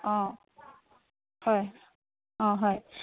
অঁ হয় অঁ হয়